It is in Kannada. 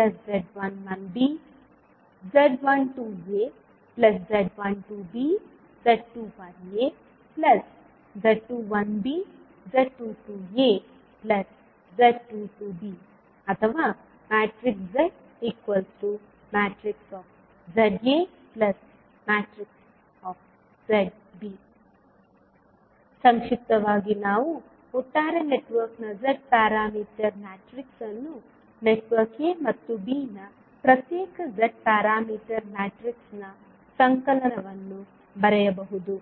z12az12b z21az21b z22az22b ಅಥವಾ zzazb ಸಂಕ್ಷಿಪ್ತವಾಗಿ ನಾವು ಒಟ್ಟಾರೆ ನೆಟ್ವರ್ಕ್ನ ಝೆಡ್ ಪ್ಯಾರಾಮೀಟರ್ ಮ್ಯಾಟ್ರಿಕ್ಸ್ ಅನ್ನು ನೆಟ್ವರ್ಕ್ a ಮತ್ತು b ನ ಪ್ರತ್ಯೇಕ z ಪ್ಯಾರಾಮೀಟರ್ ಮ್ಯಾಟ್ರಿಕ್ಸ್ನ ಸಂಕಲನವನ್ನು ಬರೆಯಬಹುದು